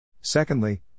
Secondly